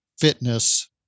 fitness